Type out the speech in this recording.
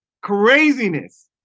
Craziness